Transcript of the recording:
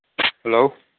hello